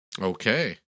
okay